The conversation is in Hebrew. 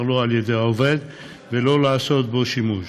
לו על ידי העובד ולא לעשות בו שימוש.